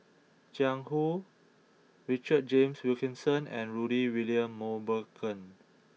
Jiang Hu Richard James Wilkinson and Rudy William Mosbergen